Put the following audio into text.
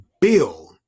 bill